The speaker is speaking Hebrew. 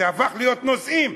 זה הפך להיות נושאים.